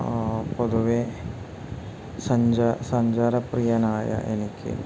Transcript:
പൊതുവേ സഞ്ചാരപ്രിയനായ എനിക്ക്